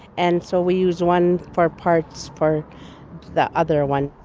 and so, we use one for parts for the other one.